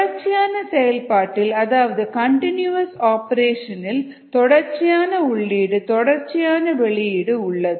தொடர்ச்சியான செயல்பாட்டில் அதாவது கண்டினியூவஸ் ஆப்பரேஷன் இல் தொடர்ச்சியான உள்ளீடு தொடர்ச்சியான வெளியீடு உள்ளது